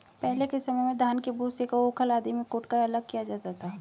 पहले के समय में धान के भूसे को ऊखल आदि में कूटकर अलग किया जाता था